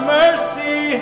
mercy